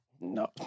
No